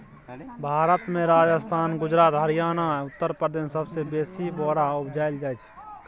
भारत मे राजस्थान, गुजरात, हरियाणा आ उत्तर प्रदेश मे सबसँ बेसी बोरा उपजाएल जाइ छै